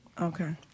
Okay